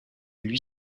lui